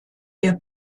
der